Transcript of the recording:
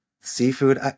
seafood